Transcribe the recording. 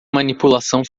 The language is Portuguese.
manipulação